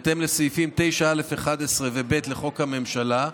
בהתאם לסעיפים 9(א)(11) ו(ב) לחוק הממשלה,